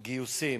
גיוסים,